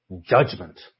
Judgment